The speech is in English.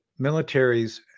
militaries